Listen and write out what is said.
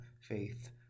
faith